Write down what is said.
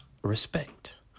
respect